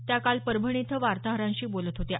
त्या काल परभणी इथं वार्ताहरांशी बोलत होत्या